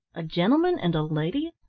a gentleman and a lady?